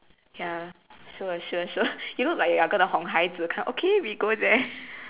ya sure sure sure you look like you going to 哄孩子 kind okay we go there